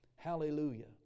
Hallelujah